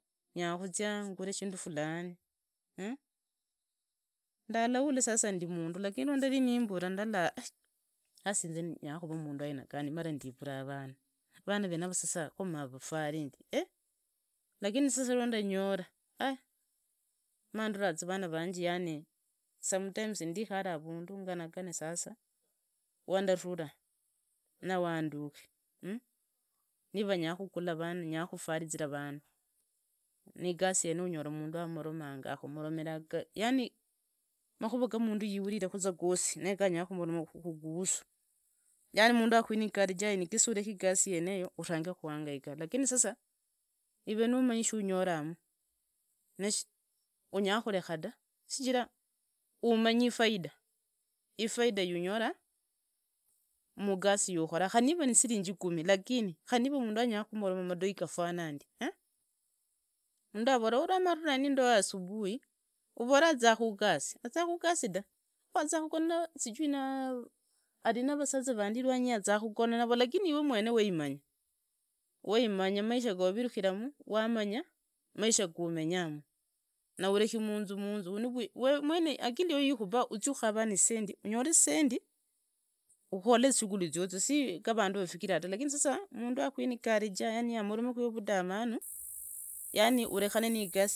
Nyakuzia nyuri shindu fulani ndalukuli sasa ndi mundu lakini rwandali nimbula ndala ni havi inze nyakuva mundu wa ama aina gani mara ndivura vana sasa vana vanava mava fwaro ndi lakini sasa rwa ndanyora irindoraza vana vanya sometimes ndikura avundu nganagune sasa wandutura navanduki niva nyokugula vana nyakufarizika van ani yesi yeneyi unyora mundu amoromanga akomoremera yani makhure go mundu yiuriri kuza gosi neyonya kumaromaka kuhuhusu yani mundu akuokareja incase oroke igasi nenyaya kumomaka lukuhusu yaani ari navasenza vandi iranyi yira aziza kugona nako lakini ive mwene waivanya waimanya maisha guwavirukiramu wananya maisha yumenyamu nareki mundu munzu akili yeyo iwe mwenye iyo ikuba uzie ukarane zisendi unyore zisendi ukhole zishughuli zizio si garandu vafikiria da lakini sasa mundu aku encourage yaniamoromeku ive vudumanu yani arekane nigasi umanye ziyasi ziukwiguriza nizio ziweza zindamana lakini iyasi yokola mundu unyora zisendi. kasi mundu amurome yafurandi, urekoze amurume. Mdosi narembana numanyi igasi iyi ekukonyonga urekeza amurome kundi vurahi vwanje namuroma nyakumniba da shijira mbeza nimanyi, nyurukujiba na labda mujibe vandamanu nafule na hene yao ni hanyala umbure gavana, ninyora ndina sasa, sasa manduka avundu ndola kari nia arumorama, anyagane geneya nagege amoromeze.